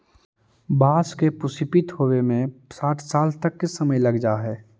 बाँस के पुष्पित होवे में साठ साल तक के समय लग जा हइ